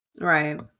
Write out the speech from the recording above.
Right